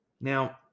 Now